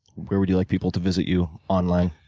where would you like people to visit you online?